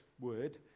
word